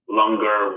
longer